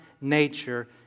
nature